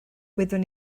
wyddwn